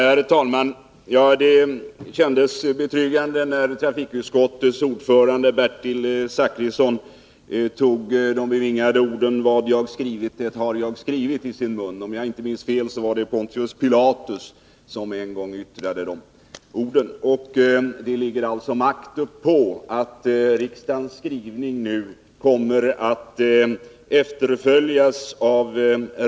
Herr talman! Det kändes betryggande när trafikutskottets ordförande Bertil Zachrisson tog de bevingade orden ”Det som är skrivet, så är det skrivet” i sin mun. Om jag inte minns fel, var det Pontius Pilatus som en gång fällde orden. Det ligger alltså makt uppå att utskottets och riksdagens skrivning nu kommer att efterföljas.